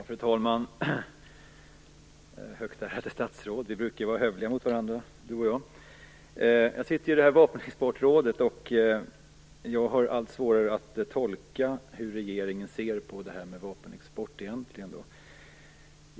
Fru talman! Högt ärade statsråd! Vi båda brukar ju vara hövliga mot varandra. Jag sitter i Vapenexportrådet, och jag har allt svårare att tolka hur regeringen egentligen ser på vapenexport.